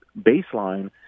baseline